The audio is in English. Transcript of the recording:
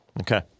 Okay